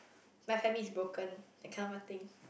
my family is broken that kind of a thing